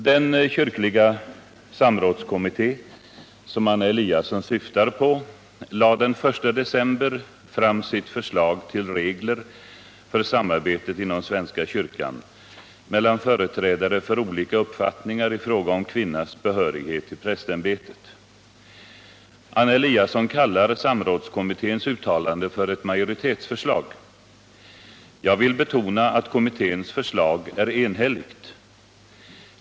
Den kyrkliga samrådskommitté som Anna Eliasson syftar på lade den 1 december fram sitt förslag till regler för samarbetet inom svenska kyrkan mellan företrädare för olika uppfattningar i fråga om kvinnas behörighet till prästämbetet. Anna Eliasson kallar samrådskommitténs uttalande för ett ”majoritetsförslag”. Jag vill betona att kommitténs förslag är enhälligt.